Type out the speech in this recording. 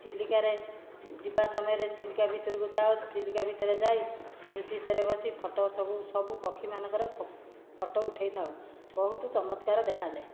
ଚିଲିକା ରେ ଯିବା ସମୟରେ ଚିଲିକା ଭିତରକୁ ଯାଉ ଚିଲିକା ଭିତରେ ଯାଇ ସେ ଭିତରେ ବସି ଫୋଟୋ ସବୁ ସବୁ ପକ୍ଷୀମାନଙ୍କର ଫୋଟୋ ଉଠାଇଥାଏ ବହୁତ ଚମତ୍କାର ଦେଖାଯାଏ